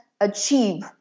achieve